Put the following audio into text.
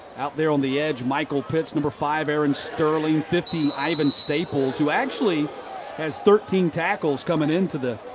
out there on the edge. michael pitts number five, aaron sterling, fifty, ivan staples, who actually has thirteen tackles coming into the